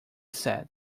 said